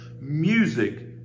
Music